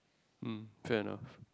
mm fair enough